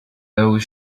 though